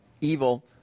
Evil